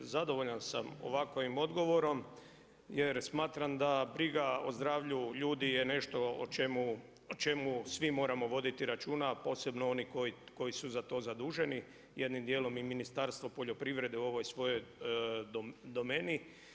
Zadovoljan sam ovakvim odgovorom jer smatram da briga o zdravlju ljudi je nešto o čemu svi moramo voditi računa, a posebno oni koji su za to zaduženi, jednim dijelom i Ministarstvo poljoprivrede u ovoj svojoj domeni.